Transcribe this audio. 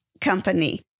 company